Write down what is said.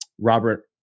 Robert